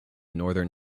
northern